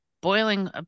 boiling